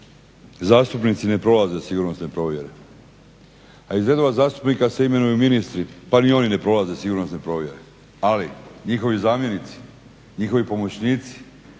zastupnici ne prolaze sigurnosne provjere, a iz redova zastupnika se imenuju ministri pa ni oni ne prolaze sigurnosne provjere ali njihovi zamjenici, njihovi pomoćnici,